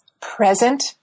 present